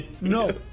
No